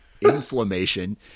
inflammation